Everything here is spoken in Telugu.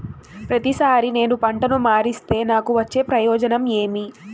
ప్రతిసారి నేను పంటను మారిస్తే నాకు వచ్చే ప్రయోజనం ఏమి?